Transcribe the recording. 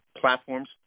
platforms